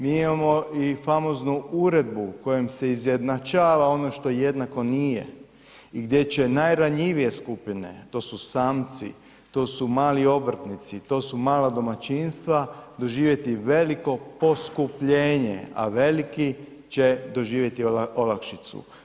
Mi imamo i famoznu uredbu kojom se izjednačava ono što jednako nije i gdje će najranjivije skupine, to su samci, to su mali obrtnici, to su mala domaćinstva, doživjeti veliko poskupljenje, a veliki će doživjeti olakšicu.